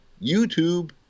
YouTube